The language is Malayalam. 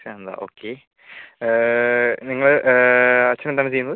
ശാന്ത ഓക്കേ നിങ്ങൾ അച്ഛൻ എന്താണ് ചെയ്യുന്നത്